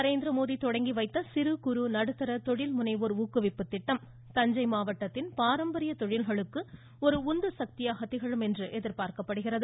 நரேந்திரமோடி தொடங்கி வைத்த சிறு குறு நடுத்தர தொழில் முனைவோர் ஊக்குவிப்பு திட்டம் தஞ்சை மாவட்டத்தின் பாரம்பரிய தொழில்களுக்கு ஒரு உந்து சக்தியாக திகழும் என்று எதிர்பார்க்கப்படுகிறது